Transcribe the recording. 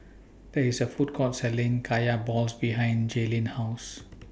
There IS A Food Court Selling Kaya Balls behind Jaelyn's House